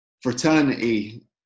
fraternity